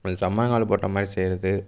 இது சம்மணங்கால் போட்ட மாதிரி செய்வது